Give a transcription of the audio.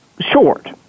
short